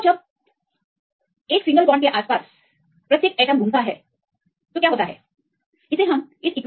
किसी भी एक बंधन के चारों ओर घुमाएं प्रत्येक परमाणु कितने अनुरूप हो सकता है